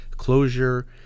closure